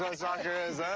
ah soccer is,